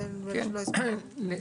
כן.